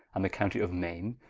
and the county of main,